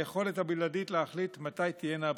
היכולת הבלעדית להחליט מתי תהיינה הבחירות.